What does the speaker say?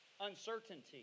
Uncertainty